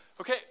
Okay